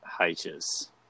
H's